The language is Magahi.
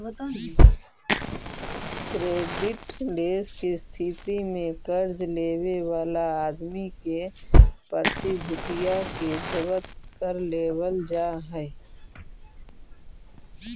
क्रेडिटलेस के स्थिति में कर्ज लेवे वाला आदमी के प्रतिभूतिया के जब्त कर लेवल जा हई